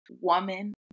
woman